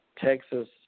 Texas